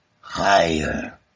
higher